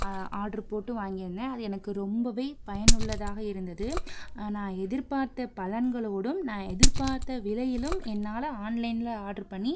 order போட்டு வாங்கியிருந்தேன் அது எனக்கு ரொம்பவே பயனுள்ளதாக இருந்தது நான் எதிர்பார்த்த பலன்களோடும் நான் எதிர்பார்த்த விலையிலும் என்னால் ஆன்லைனில் ஆடரு பண்ணி